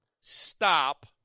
stop